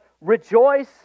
rejoice